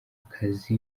kazi